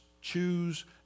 choose